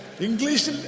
English